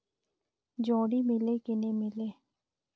जोणी मीले कि नी मिले?